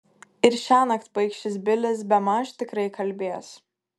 ir šiąnakt paikšis bilis bemaž tikrai kalbės